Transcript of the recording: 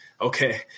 okay